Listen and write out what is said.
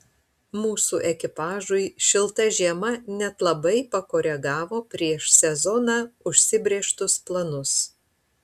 mūsų ekipažui šilta žiema net labai pakoregavo prieš sezoną užsibrėžtus planus